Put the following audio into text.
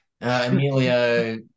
Emilio